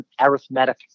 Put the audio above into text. arithmetic